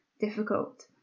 difficult